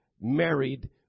married